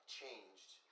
changed